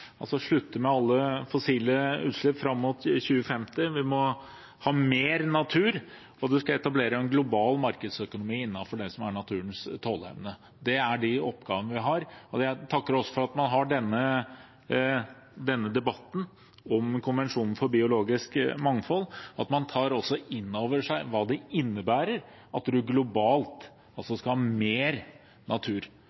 altså slutte med alle fossile utslipp fram mot 2050, vi må ha mer natur, og det skal etableres en global markedsøkonomi innenfor det som er naturens tåleevne. Det er de oppgavene vi har. Jeg takker for at vi har denne debatten om konvensjonen for biologisk mangfold, og at man tar inn over seg hva det innebærer at vi globalt